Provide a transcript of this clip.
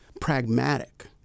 pragmatic